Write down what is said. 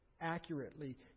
accurately